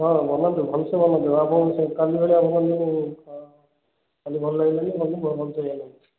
ହଁ ବନାନ୍ତୁ ଭଲସେ ବନାନ୍ତୁ ଆପଣ କାଲି ଭଳିଆ କାଲି ଭଲ ଲାଗିଲାନି ଗଲୁ